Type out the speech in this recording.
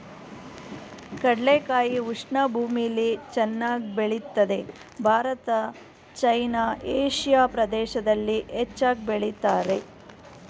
ಕಡಲೆಕಾಯಿ ಉಷ್ಣ ಭೂಮಿಲಿ ಚೆನ್ನಾಗ್ ಬೆಳಿತದೆ ಭಾರತ ಚೈನಾ ಏಷಿಯಾ ಪ್ರದೇಶ್ದಲ್ಲಿ ಹೆಚ್ಚಾಗ್ ಬೆಳಿತಾರೆ